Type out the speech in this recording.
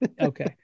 Okay